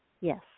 Yes